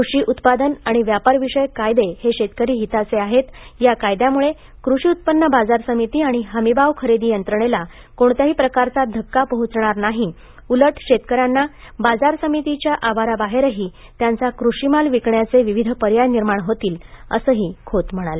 कृषी उत्पादन आणि व्यापार विषयक कायदे हे शेतकरी हिताचे आहेत या कायद्यामुळे कृषी उत्पन्न बाजार समिती आणि हमीभाव खरेदी यंत्रणेला कोणत्याही प्रकारचा धक्का पोहोचणार नाही उलट शेतकऱ्यांना बाजार समितीच्या आवाराबाहेरही त्यांचा कृषी माल विकण्याचे विविध पर्याय निर्माण होतील असंही खोत म्हणाले